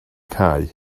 cae